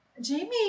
Jamie